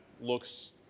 looks